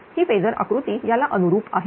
ही phasor आकृती याला अनुरूप आहे